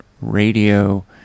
Radio